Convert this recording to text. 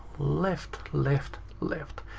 left, left, left.